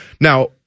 now